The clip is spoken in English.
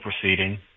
proceeding